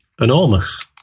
enormous